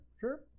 sure